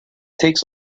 takes